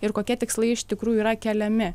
ir kokie tikslai iš tikrųjų yra keliami